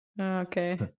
Okay